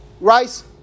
rice